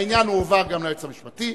העניין הועבר גם ליועץ המשפטי,